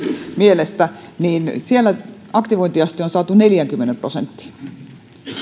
mielestä siellä aktivointiaste on saatu neljäänkymmeneen prosenttiin